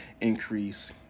increase